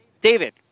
David